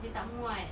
dia tak muat